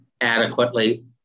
adequately